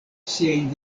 siajn